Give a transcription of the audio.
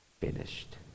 finished